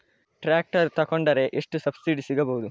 Tractor ತೊಕೊಂಡರೆ ಎಷ್ಟು subsidy ಸಿಗಬಹುದು?